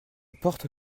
porte